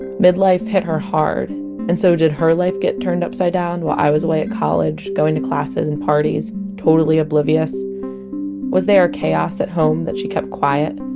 and mid-life change hit her hard and so did her life get turned upside down while i was away at college, going to classes and parties, totally oblivious was there a chaos at home that she kept quiet?